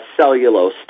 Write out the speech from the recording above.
cellulose